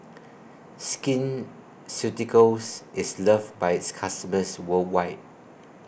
Skin Ceuticals IS loved By its customers worldwide